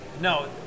No